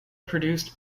produced